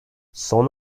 son